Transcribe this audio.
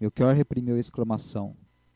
melchior reprimiu uma exclamação